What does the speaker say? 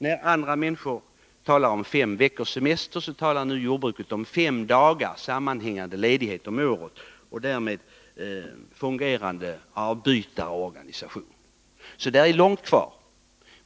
När andra människor talar om fem veckors semester, talar jordbrukarna nu om fem dagars sammanhängande ledighet om året med en fungerande avbytarorganisation. Så det är lång väg kvar.